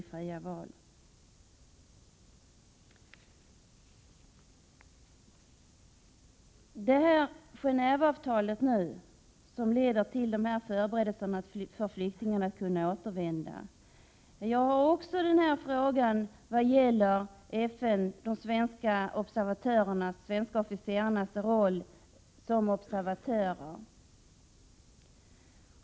Beträffande det Genéve-avtal som leder till dessa förberedelser för flyktingarna att kunna återvända ställer också jag mig frågande till de svenska officerarnas roll som observatörer.